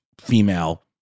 female